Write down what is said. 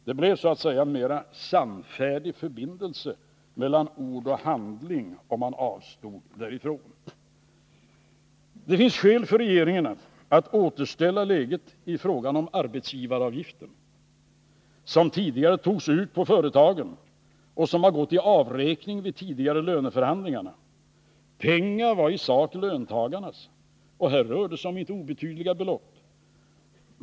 Det blev så att säga mera sannfärdig förbindelse mellan ord och handling, om man avstod därifrån. Det finns skäl för regeringen att återställa läget i fråga om arbetsgivaravgifterna, som tidigare togs ut på företagen och som har gått i avräkning vid tidigare löneförhandlingar — pengarna var i sak löntagarnas. Här rör det sig om inte obetydliga belopp.